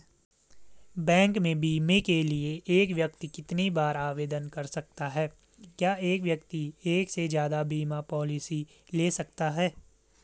Bank में बीमे के लिए एक व्यक्ति कितनी बार आवेदन कर सकता है क्या एक व्यक्ति एक से ज़्यादा बीमा पॉलिसी ले सकता है?